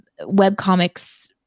webcomics